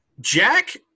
Jack